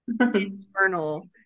internal